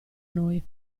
noi